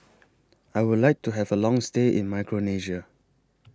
I Would like to Have A Long stay in Micronesia